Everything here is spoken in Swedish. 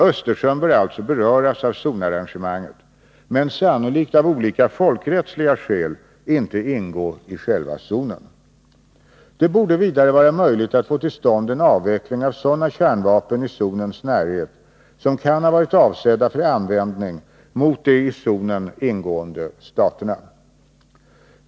Östersjön bör alltså beröras av zonarrangemanget men sannolikt av olika folkrättsliga skäl inte ingå i själva zonen. Det borde vidare vara möjligt att få till stånd en avveckling av sådana kärnvapen i zonens närhet som kan ha varit avsedda för användning mot de i zonen ingående staterna.